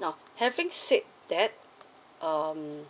now having said that um